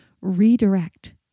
redirect